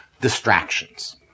distractions